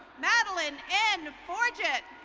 madeline n. forgit.